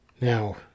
Now